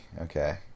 okay